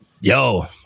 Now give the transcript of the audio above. yo